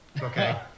Okay